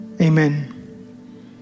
Amen